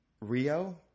Rio